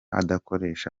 adakoresha